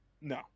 No